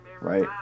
Right